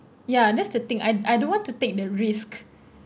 ya that's the thing I I don't want to take the risk